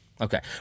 Okay